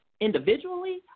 individually